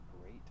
great